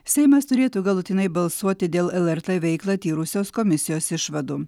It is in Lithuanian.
seimas turėtų galutinai balsuoti dėl lrt veiklą tyrusios komisijos išvadų